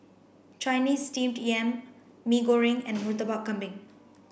Chinese steamed yam Mee Goreng and Murtabak Kambing